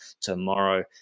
tomorrow